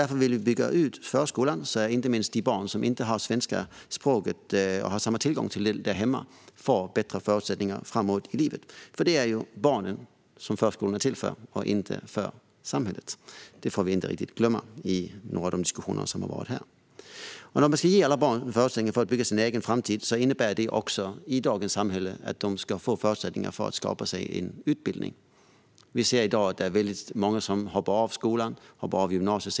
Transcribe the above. Därför vill vi bygga ut förskolan, så att inte minst de barn som inte har samma tillgång till det svenska språket där hemma får bättre förutsättningar framåt i livet. Det är ju barnen som förskolorna är till för och inte samhället. Det får vi inte glömma i våra diskussioner här. Om vi ska ge alla barn förutsättningar att bygga sin egen framtid innebär det i dagens samhälle att de måste få förutsättningar för att skaffa sig en utbildning. I dag är det väldigt många som hoppar av grundskolan eller gymnasiet.